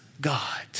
God